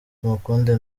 tumukunde